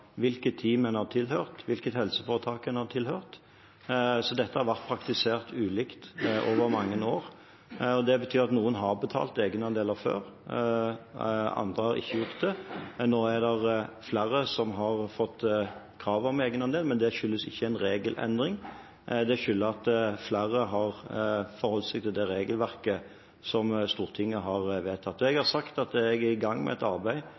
hvilket team en har tilhørt, og hvilket helseforetak en har tilhørt. Dette har vært praktisert ulikt over mange år. Det betyr at noen har betalt egenandeler før, mens andre ikke har gjort det. Nå er det flere som har fått krav om egenandel, men det skyldes ikke en regelendring. Det skyldes at flere har forholdt seg til det regelverket som Stortinget har vedtatt. Det jeg har sagt, er at jeg er i gang med et arbeid